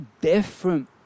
different